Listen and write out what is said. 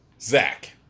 Zach